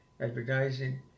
advertising